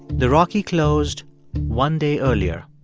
the rocky closed one day earlier,